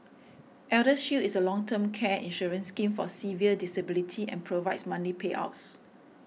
Eldershield is a long term care insurance scheme for severe disability and provides monthly payouts